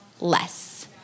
less